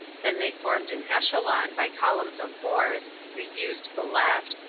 then they formed in echelon, by columns of fours, refused the left,